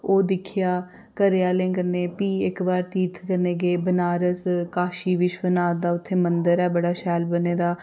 ओह् दिक्खेआ घरै आहले कन्नै फ्ही इक बार फ्ही तीर्थ करने गे बनारस काशी विश्वनाथ दा उत्थें मंदर ऐ बड़ा शैल बने दा